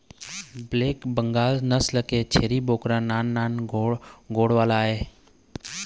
black Bengal नसल के छेरी बोकरा नान नान गोड़ वाला आय